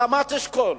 רמת-אשכול,